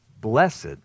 blessed